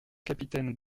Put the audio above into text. capitaines